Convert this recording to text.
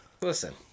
Listen